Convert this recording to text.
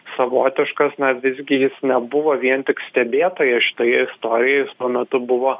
savotiškas na visgi jis nebuvo vien tik stebėtojas šitoje istorijoj jis tuo metu buvo